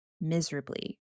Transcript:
miserably